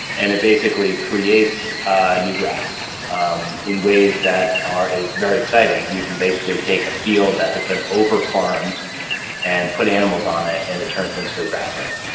and it basically creates new grass um in ways that is very exciting. you can basically take a field that has been over farmed and put animals on it and it turns into a grassland,